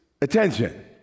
attention